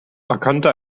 erkannte